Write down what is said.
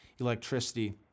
electricity